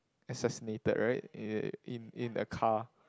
assassinated right eh in in a car